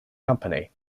company